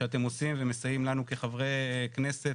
שאתם עושים ומסייעים לנו כחברי כנסת,